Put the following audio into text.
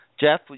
Jeff